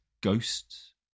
ghosts